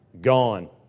Gone